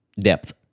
depth